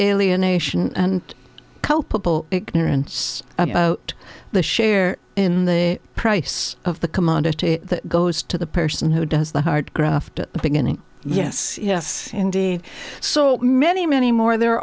nation and culpable ignorance about the share in the price of the commodity that goes to the person who does the hard graft at the beginning yes yes indeed so many many more there